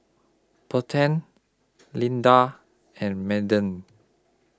Payten Linda and Madden